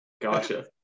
Gotcha